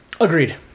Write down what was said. agreed